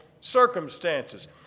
circumstances